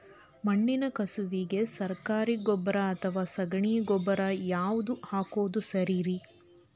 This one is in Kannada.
ಮಣ್ಣಿನ ಕಸುವಿಗೆ ಸರಕಾರಿ ಗೊಬ್ಬರ ಅಥವಾ ಸಗಣಿ ಗೊಬ್ಬರ ಯಾವ್ದು ಹಾಕೋದು ಸರೇರಿ?